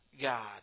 God